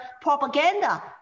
propaganda